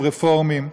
הם רפורמים.